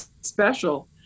special